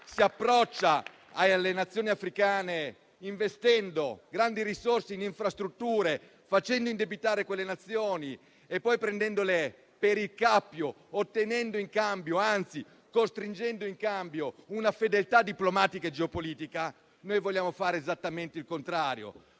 si approccia alle Nazioni africane investendo grandi risorse in infrastrutture, facendo indebitare quelle Nazioni e poi prendendole per il cappio, ottenendo in cambio, anzi costringendo in cambio a una fedeltà diplomatica e geopolitica, noi vogliamo fare esattamente il contrario: